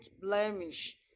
blemish